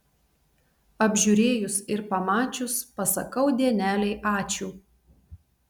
apžiūrėjus ir pamačius pasakau dienelei ačiū